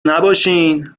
نباشین